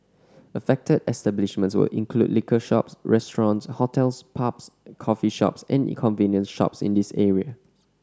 affected establishments will include liquor shops restaurants hotels pubs coffee shops and in convenience shops in these area